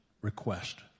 request